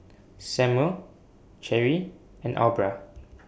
Samuel Cherie and Aubra